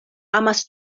amas